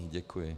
Děkuji.